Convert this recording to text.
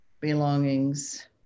belongings